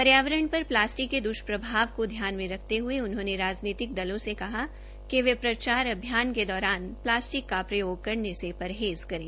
पर्यावरण पर प्लास्टिक के दृष्प्रभाव को ध्यान में रखते हए उन्होंने राजनीतिक दलों से कहा कि वे प्रचार अभियान के दौरान प्लास्टिक का प्रयोग करने से परहेज करें